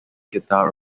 guitar